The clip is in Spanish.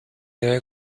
debe